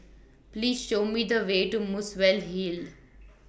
Please Show Me The Way to Muswell Hill